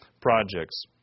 projects